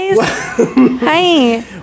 Hi